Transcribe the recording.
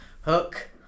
hook